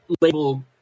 label